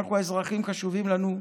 אנחנו, האזרחים חשובים לנו,